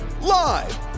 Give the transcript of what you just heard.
live